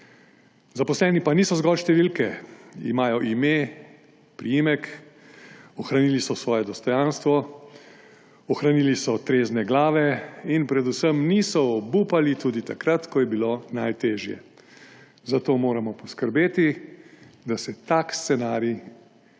Zaposleni niso zgolj številke, imajo ime, priimek, ohranili so svoje dostojanstvo, ohranili so trezne glave in predvsem niso obupali tudi takrat, ko je bilo najtežje. Zato moramo poskrbeti, da se tak scenarij